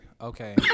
Okay